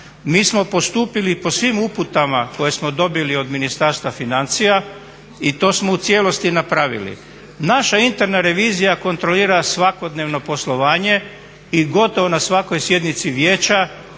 Mi smo postupili po svim uputama koje smo dobili od Ministarstva financija i to smo u cijelosti napravili. Naša interna revizija kontrolira svakodnevno poslovanje i gotovo na svakoj sjednici Vijeća